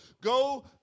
go